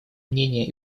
мнения